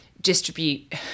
distribute